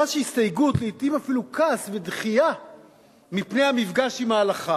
חש הסתייגות ולעתים אפילו כעס ודחייה מפני המפגש עם ההלכה